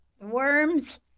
worms